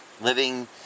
living